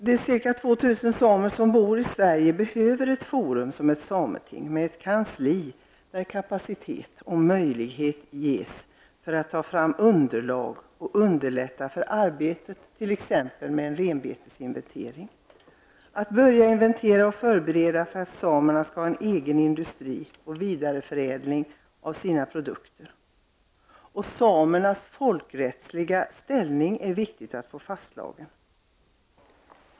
De ca 2 000 samer som bor i Sverige behöver ett forum som ett sameting med ett kansli med kapacitet och där möjlighet ges för att ta fram underlag och underlätta arbetet t.ex. med en renbetesinventering och att börja inventera och förbereda för att samerna skall kunna ha en egen industri och vidareförädling av sina produkter. Det är viktigt att få samernas folkrättsliga ställning fastslagen.